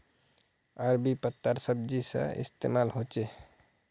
अरबी पत्तार सब्जी सा इस्तेमाल होछे